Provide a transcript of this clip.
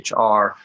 hr